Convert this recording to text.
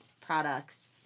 products